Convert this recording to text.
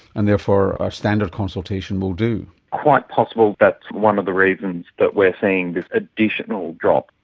and therefore our standard consultation will do. quite possible that's one of the reasons that we're seeing this additional drop.